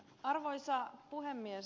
arvoisa puhemies